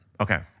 Okay